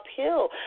uphill